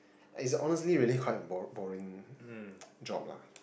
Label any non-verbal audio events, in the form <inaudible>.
it's honestly really quite bor~ boring <noise> job lah